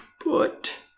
put